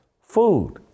Food